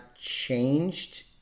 changed